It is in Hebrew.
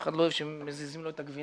אחד לא אוהב שמזיזים לו את הגבינה,